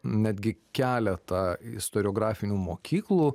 netgi keletą istoriografinių mokyklų